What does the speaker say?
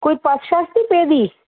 कोई पस्स शस्स ते नी पेदी